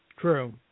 True